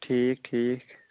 ٹھیٖک ٹھیٖک